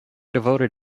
devoted